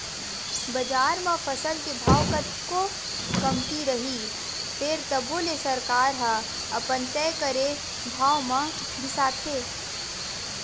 बजार म फसल के भाव कतको कमती रइही फेर तभो ले सरकार ह अपन तय करे भाव म बिसाथे